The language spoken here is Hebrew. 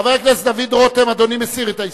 חבר הכנסת דוד רותם, אדוני מסיר את ההסתייגות?